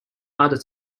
other